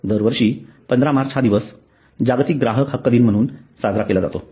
दरवर्षी 15 मार्च हा दिवस जागतिक ग्राहक हक्क दिन म्हणून साजरा केला जातो